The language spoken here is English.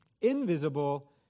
invisible